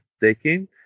taking